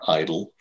idle